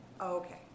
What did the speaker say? Okay